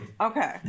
Okay